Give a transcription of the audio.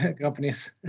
companies